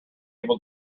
able